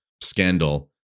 scandal